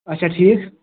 اچھا ٹھیٖک